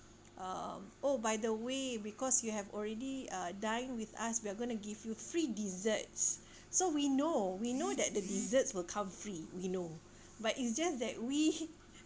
um oh by the way because you have already uh dined with us we're going to give you free desserts so we know we know that the desserts will come free we know but it's just that we